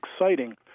exciting